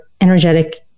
energetic